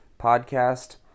podcast